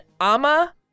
ama